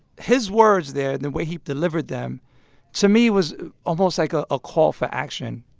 his words there, the way he delivered them to me was almost like a ah call for action.